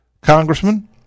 congressman